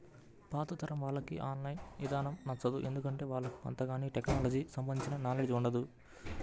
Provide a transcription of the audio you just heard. పాతతరం వాళ్లకి online ఇదానం నచ్చదు, ఎందుకంటే వాళ్లకు అంతగాని టెక్నలజీకి సంబంధించిన నాలెడ్జ్ ఉండదు